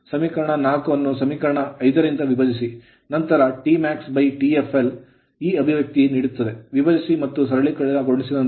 ಸಮೀಕರಣ 4 ಅನ್ನು ಸಮೀಕರಣ 5 ರಿಂದ ವಿಭಜಿಸಿ ನಂತರ TmaxTfl ಈ expression ಅಭಿವ್ಯಕ್ತಿಯನ್ನು ನೀಡುತ್ತದೆ ವಿಭಜಿಸಿ ಮತ್ತು ಸರಳಗೊಳಿಸಿದ ನಂತರ